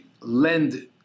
lend